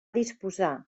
disposar